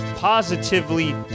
positively